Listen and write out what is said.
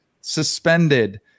suspended